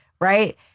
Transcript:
right